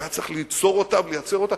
שהיה צריך ליצור אותה ולייצר אותה,